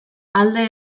alde